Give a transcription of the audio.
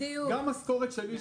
גם משכורת שלי,